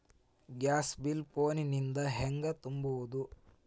Gas bill phone ದಿಂದ ಹ್ಯಾಂಗ ತುಂಬುವುದು?